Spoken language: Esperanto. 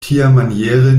tiamaniere